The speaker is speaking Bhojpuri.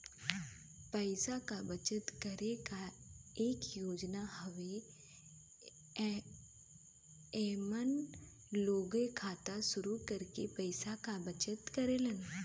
पैसा क बचत करे क एक योजना हउवे एमन लोग खाता शुरू करके पैसा क बचत करेलन